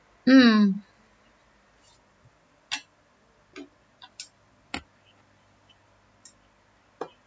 mm